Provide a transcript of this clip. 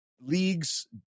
leagues